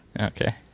okay